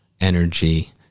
energy